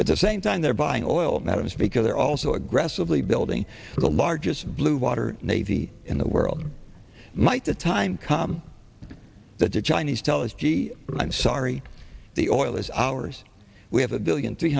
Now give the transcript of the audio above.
at the same time they're buying oil that is because they're also aggressively building the largest blue water navy in the world might the time come that the chinese tell us gee i'm sorry the oil is ours we have a billion three